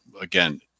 again